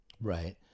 Right